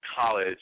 college